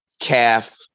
calf